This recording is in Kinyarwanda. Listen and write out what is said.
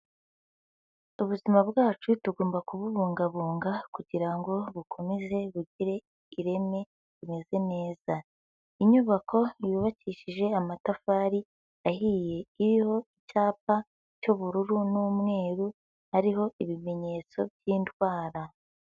Ubuzima bwacu tugomba kububungabunga kugira ngo bukomeze bugire ireme rimeze neza, inyubako yubakishije amatafari ahiye iriho icyapa cy'ubururu n'umweru, hariho ibimenyetso by'indwara.